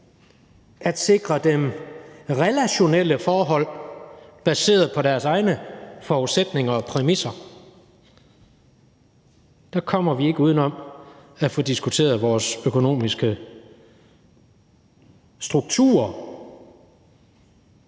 at sikre dem relationelle forhold baseret på deres egne forudsætninger og præmisser, kommer vi ikke udenom at få diskuteret vores økonomiske struktur,